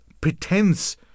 pretense